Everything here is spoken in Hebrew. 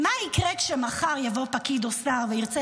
מה יקרה כשמחר יבוא פקיד או שר וירצה